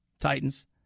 Titans